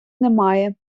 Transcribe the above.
немає